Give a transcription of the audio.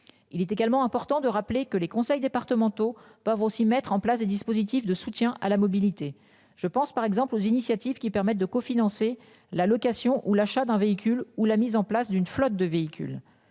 Il est également important de rappeler que les conseils départementaux peuvent aussi mettre en place des dispositifs de soutien à la mobilité. Je pense par exemple aux initiatives qui permettent de cofinancer la location ou l'achat d'un véhicule ou la mise en place d'une flotte de véhicules.